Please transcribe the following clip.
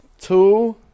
two